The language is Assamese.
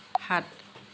হাত